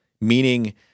meaning